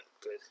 good